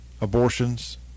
abortions